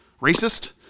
Racist